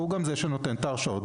והוא גם זה שנותן את ההרשאות,